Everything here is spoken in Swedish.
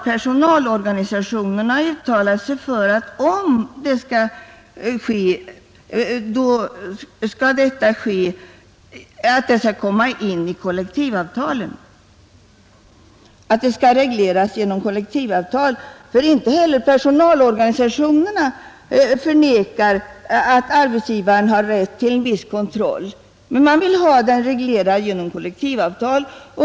Personalorganisationerna har uttalat att om en avlyssning skall äga rum bör denna fråga regleras genom kollektivavtal. Personalorganisationerna förnekar alltså inte att arbetsgivaren har rätt till en viss kontroll.